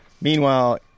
Meanwhile